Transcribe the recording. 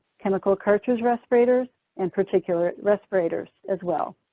chemical cartridge respirators, and particulate respirators as well.